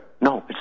No